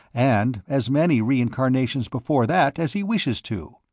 and as many reincarnations before that as he wishes to.